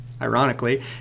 Ironically